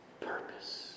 purpose